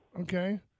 Okay